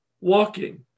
walking